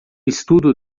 estudo